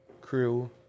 crew